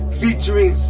featuring